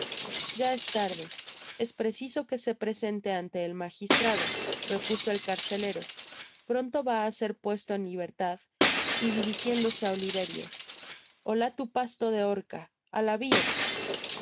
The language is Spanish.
ya es tarde es preciso que se presente ante el magistrado repuso el carcelero pronto vá á ser puesto en libertad y dirijiéndose á oliverio ola tu paslo de horca